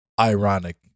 ironic